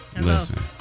Listen